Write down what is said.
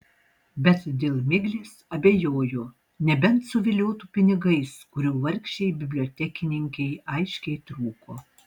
bet dėl miglės abejojo nebent suviliotų pinigais kurių vargšei bibliotekininkei aiškiai trūko